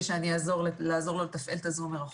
שאני אעזור לו לתפעל את הזום מרחוק.